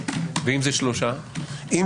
אנו רוצים שחבר כנסת ייכנס לתקופת זמן ארוכה